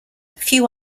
few